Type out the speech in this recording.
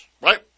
right